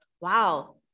wow